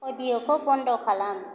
अडिअखौ बन्द' खालाम